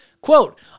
Quote